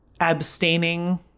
abstaining